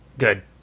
Good